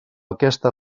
aquesta